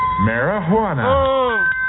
Marijuana